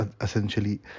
essentially